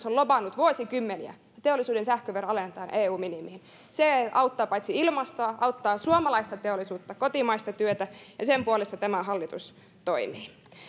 on lobannut vuosikymmeniä että teollisuuden sähkövero alennetaan eu minimiin se auttaa paitsi ilmastoa myös suomalaista teollisuutta ja kotimaista työtä ja sen puolesta tämä hallitus toimii